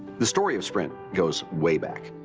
the story of sprint goes way back.